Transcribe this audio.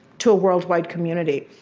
to a worldwide community.